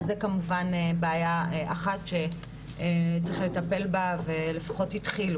אז זה כמובן בעיה אחת שצריך לטפל בה ולפחות התחילו,